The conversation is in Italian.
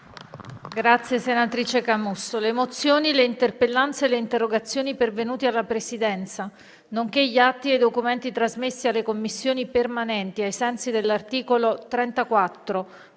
Le mozioni, le interpellanze e le interrogazioni pervenute alla Presidenza, nonché gli atti e i documenti trasmessi alle Commissioni permanenti ai sensi dell'articolo 34,